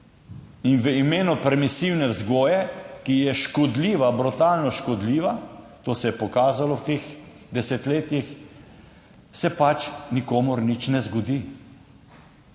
V imenu permisivne vzgoje, ki je škodljiva, brutalno škodljiva, to se je pokazalo v teh desetletjih, se pač nikomur nič ne zgodi.